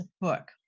Book